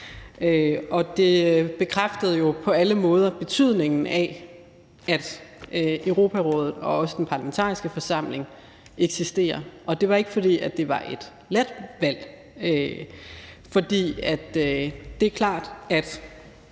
ej. Det bekræftede jo på alle måder betydningen af, at Europarådet og også Den Parlamentariske Forsamling eksisterer. Og det var ikke, fordi det var et let valg, for det er klart, at